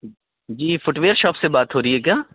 جی footwear shop سے بات ہو رہی ہے کیا